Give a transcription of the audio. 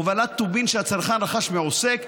הובלת טובין שהצרכן רכש מעוסק,